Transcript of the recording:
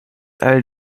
all